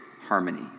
harmony